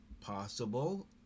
possible